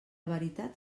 veritat